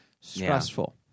Stressful